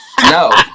No